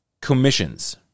commissions